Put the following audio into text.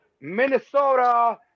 Minnesota